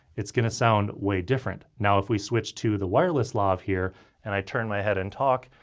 it's gonna sound way different. now if we switch to the wireless lav here and i turn my head and talk,